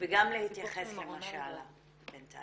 וגם להתייחס למה שעלה בינתיים,